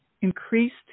increased